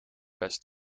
best